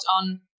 on